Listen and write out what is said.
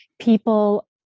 people